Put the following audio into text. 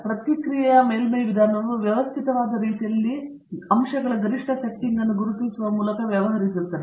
ಪ್ರತಿಕ್ರಿಯಾ ಮೇಲ್ಮೈ ವಿಧಾನವು ವ್ಯವಸ್ಥಿತವಾದ ರೀತಿಯಲ್ಲಿ ಅಂಶಗಳ ಗರಿಷ್ಟ ಸೆಟ್ಟಿಂಗ್ಗಳನ್ನು ಗುರುತಿಸುವ ಮೂಲಕ ವ್ಯವಹರಿಸುತ್ತದೆ